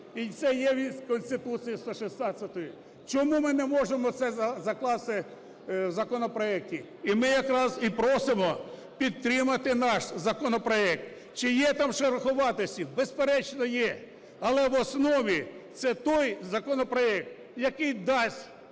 і це є в Конституції, 116-й. Чому ми не можемо це закласти в законопроекті? І ми якраз і просимо підтримати наш законопроект. Чи є там шороховатості? Безперечно, є. Але в основі цей той законопроект, який дасть